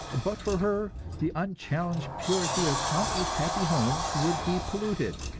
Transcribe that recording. but for her, the unchallenged purity of countless happy homes would be polluted,